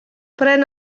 pren